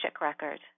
record